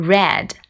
Red